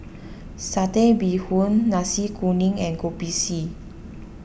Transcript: Satay Bee Hoon Nasi Kuning and Kopi C